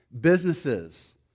Businesses